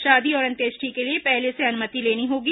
शादी और अंत्येष्टि के लिए पहले से अनुमति लेनी होगी